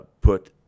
put